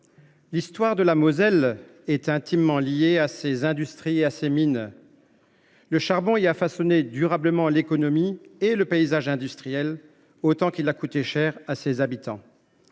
l’histoire de la Moselle est intimement liée à ses industries et à ses mines. Le charbon y a façonné aussi durablement l’économie et le paysage industriel qu’il a coûté cher à ses habitants.